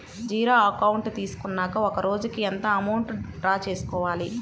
Zero account తీసుకున్నాక ఒక రోజుకి ఎంత అమౌంట్ డ్రా చేసుకోవాలి?